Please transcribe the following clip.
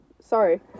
sorry